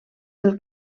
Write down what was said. del